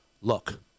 look